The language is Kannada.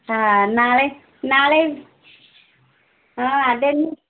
ಹಾಂ ನಾಳೆ ನಾಳೆ ಹಾಂ ಅದೇನು